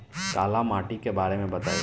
काला माटी के बारे में बताई?